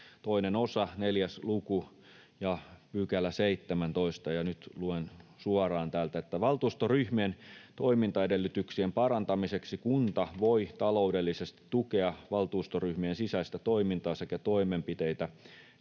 2 osa, 4 luku ja 19 §. Nyt luen suoraan täältä: ”Valtuustoryhmien toimintaedellytyksien parantamiseksi kunta voi taloudellisesti tukea valtuustoryhmien sisäistä toimintaa sekä toimenpiteitä,